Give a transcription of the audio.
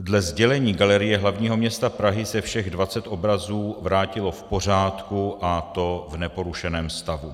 Dle sdělení Galerie hlavního města Prahy se všech 20 obrazů vrátilo v pořádku, a to v neporušeném stavu.